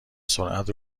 سرعت